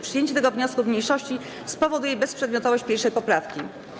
Przyjęcie tego wniosku mniejszości spowoduje bezprzedmiotowość 1. poprawki.